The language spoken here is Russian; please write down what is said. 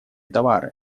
товары